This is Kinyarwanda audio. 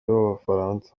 b’abafaransa